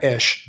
Ish